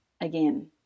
again